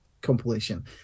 compilation